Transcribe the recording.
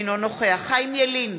אינו נוכח חיים ילין,